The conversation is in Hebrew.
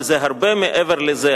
אבל זה הרבה מעבר לזה.